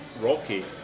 Rocky